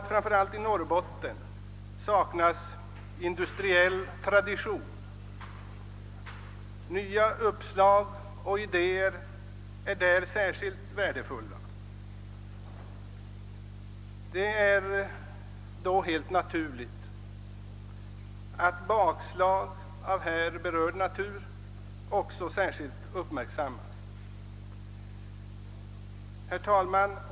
Framför allt i Norrbotten saknas industriell tradition. Nya uppslag och idéer är där särskilt värdefulla. Det är då helt naturligt att bakslag av här berörd natur också särskilt uppmärksammas. Herr talman!